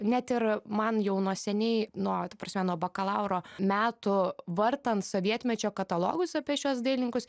net ir man jau nuo seniai nuo ta prasme nuo bakalauro metų vartant sovietmečio katalogus apie šiuos dailinkus